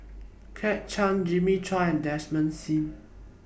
Kit Chan Jimmy Chua and Desmond SIM